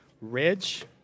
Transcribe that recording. Ridge